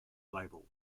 label